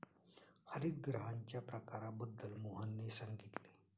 हरितगृहांच्या प्रकारांबद्दल मोहनने सांगितले